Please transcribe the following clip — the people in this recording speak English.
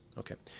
okay.